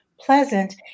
pleasant